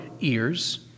ears